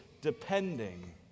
depending